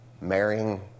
marrying